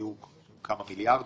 היו כמה מיליארדים,